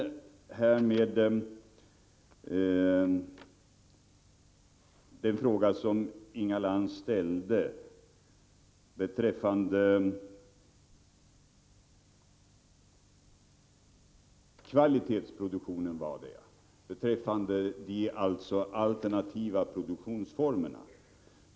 Sedan ställde Inga Lantz en fråga beträffande de alternativa produktionsformerna.